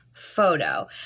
Photo